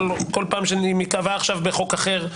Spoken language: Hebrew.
כל פעם שאם ייקבע עכשיו בחוק אחר,